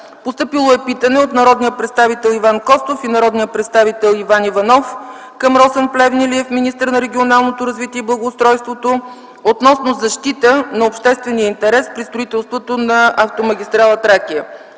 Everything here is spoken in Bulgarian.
Постъпило е питане от народните представители Иван Костов и Иван Иванов към Росен Плевнелиев - министър на регионалното развитие и благоустройството, относно защита на обществения интерес при строителството на автомагистрала „Тракия”.